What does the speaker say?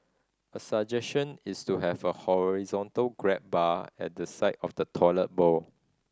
a suggestion is to have a horizontal grab bar at the side of the toilet bowl